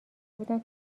بودن